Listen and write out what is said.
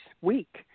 week